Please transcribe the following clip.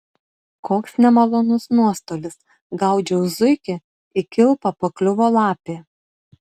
koks nemalonus nuostolis gaudžiau zuikį į kilpą pakliuvo lapė